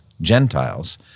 Gentiles